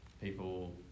people